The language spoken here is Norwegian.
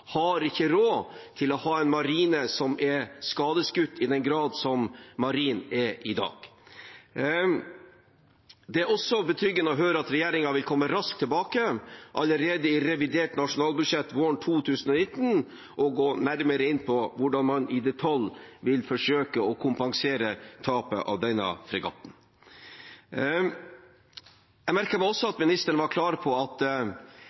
har ikke råd til å ha en marine som er skadeskutt i den grad Marinen er det i dag. Det er også betryggende å høre at regjeringen vil komme raskt tilbake, allerede i revidert nasjonalbudsjett våren 2019, og gå nærmere inn på hvordan man i detalj vil forsøke å kompensere tapet av denne fregatten. Jeg merket meg også at ministeren var klar på at